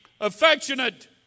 affectionate